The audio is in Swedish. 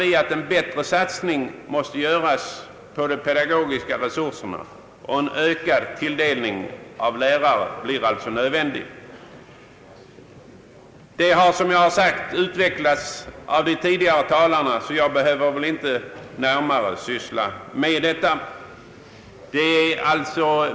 För att nå resultat måste vi satsa mera på de pedagogiska resurserna. En ökad tilldelning av lärare blir alltså nödvändig. Detta har utvecklats av föregående talare, och därför behöver jag inte gå närmare in på det.